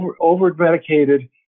over-medicated